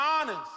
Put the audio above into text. honest